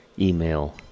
email